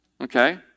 okay